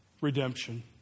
Redemption